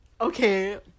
Okay